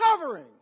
covering